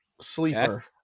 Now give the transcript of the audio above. sleeper